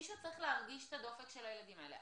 מישהו צריך להרגיש את הדופק של הילדים האלה,